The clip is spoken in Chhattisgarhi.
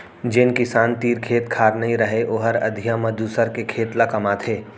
जेन किसान तीर खेत खार नइ रहय ओहर अधिया म दूसर के खेत ल कमाथे